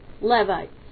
Levites